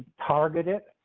target it.